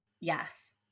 yes